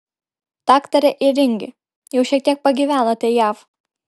daktare ėringi jau šiek tiek pagyvenote jav